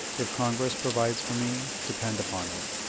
if congress provides for me, depend upon it,